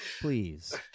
Please